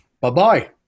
bye-bye